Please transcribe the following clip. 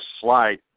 slide